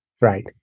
Right